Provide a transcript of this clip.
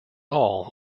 all